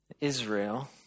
Israel